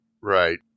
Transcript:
Right